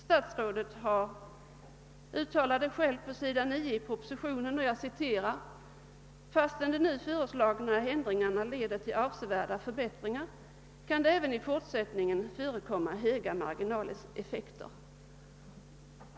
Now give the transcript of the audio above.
Statsrådet uttalar själv på s. 9 i propositionen: »Fastän de nu föreslagna ändringarna leder till avsevärda förbättringar kan det även i fortsättningen förekomma höga marginaleffekter.